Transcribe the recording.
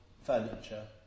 furniture